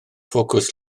ffocws